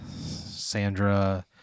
Sandra